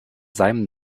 seinem